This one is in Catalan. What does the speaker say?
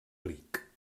ric